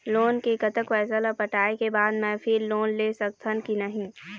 Loan के कतक पैसा ला पटाए के बाद मैं फिर लोन ले सकथन कि नहीं?